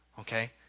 okay